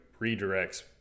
redirects